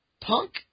Punk